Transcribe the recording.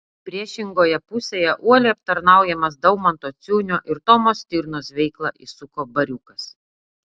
priešingoje pusėje uoliai aptarnaujamas daumanto ciunio ir tomo stirnos veiklą įsuko bariukas